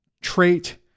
trait